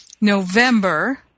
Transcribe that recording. november